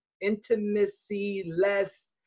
intimacy-less